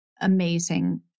amazing